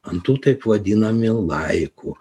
ant tų taip vadinami laikų